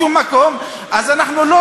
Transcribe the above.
לשום מקום,